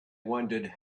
wondered